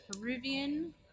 Peruvian